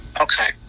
Okay